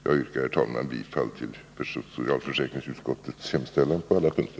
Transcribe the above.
Jag yrkar, herr talman, bifall till socialförsäkringsutskottets hemställan på alla punkter.